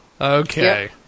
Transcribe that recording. Okay